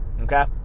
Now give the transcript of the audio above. Okay